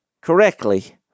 correctly